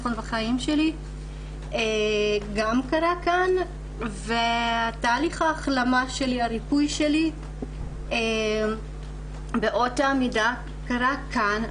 גם קרה כאן ותהליך ההחלמה והריפוי שלי באותה מידה קרו כאן.